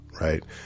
right